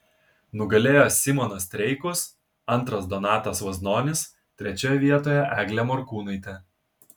nugalėjo simonas streikus antras donatas vaznonis trečiojoje vietoje eglė morkūnaitė